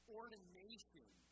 ordination